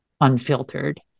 unfiltered